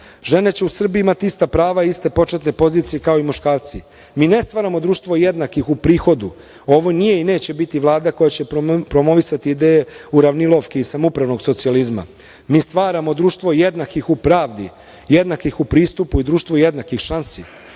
Žene će u Srbiji imati ista prava i iste početne pozicije kao i muškarci. Mi ne stvaramo društvo jednakih u prihodu. Ovo nije i neće biti Vlada koja će promovisati ideje uravnilovki i samoupravnog socijalizma. Mi stvaramo društvo jednakih u pravdi, jednakih u pristupu i društvu jednakih šansi.